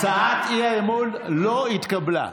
הצעת האי-אמון לא נתקבלה.